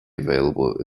available